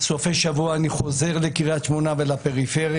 ובסופי שבוע אני חוזר לקריית שמונה ולפריפריה,